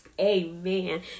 amen